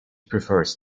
prefers